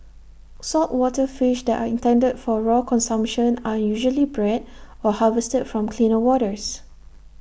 saltwater fish that are intended for raw consumption are usually bred or harvested from cleaner waters